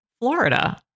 Florida